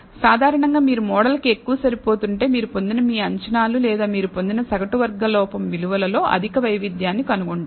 సాధారణంగా మీరు మోడల్కు ఎక్కువ సరిపోతుంటే మీరు పొందిన మీ అంచనాలు లేదా మీరు పొందిన సగటు వర్గ లోపం విలువలలో అధిక వైవిధ్యాన్ని కనుగొంటారు